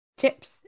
chips